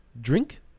drink